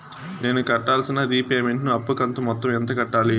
నేను కట్టాల్సిన రీపేమెంట్ ను అప్పు కంతు మొత్తం ఎంత కట్టాలి?